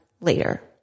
later